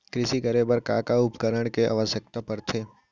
कृषि करे बर का का उपकरण के आवश्यकता परथे?